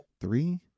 Three